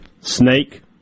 Snake